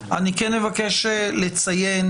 אני כן אבקש לציין